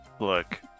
Look